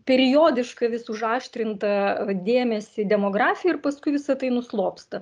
periodiškai vis užaštrintą dėmesį į demografiją ir paskui visa tai nuslopsta